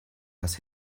was